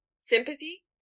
sympathy